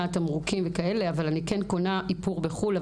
תמרוקים אבל אני כן קונה איפור בחו"ל.